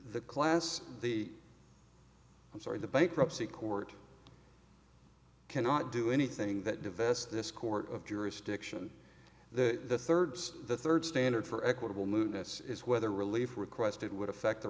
the class the i'm sorry the bankruptcy court cannot do anything that divest this court of jurisdiction the thirds the third standard for equitable mootness is whether relief requested would affect the